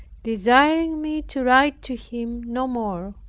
desiring me to write to him no more,